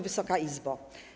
Wysoka Izbo!